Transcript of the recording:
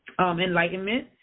enlightenment